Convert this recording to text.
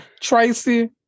Tracy